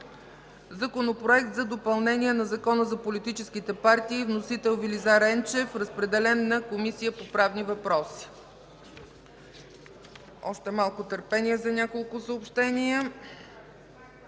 Законопроект за допълнение на Закона за политическите партии. Вносител – Велизар Енчев. Разпределен на Комисията по правни въпроси. Няколко съобщения.